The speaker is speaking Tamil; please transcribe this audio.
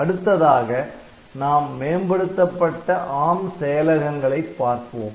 அடுத்ததாக நாம் மேம்படுத்தப்பட்ட ARM செயலகங்களைப் பார்ப்போம்